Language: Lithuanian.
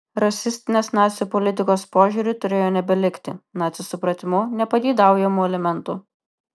rasistinės nacių politikos požiūriu turėjo nebelikti nacių supratimu nepageidaujamų elementų